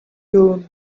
you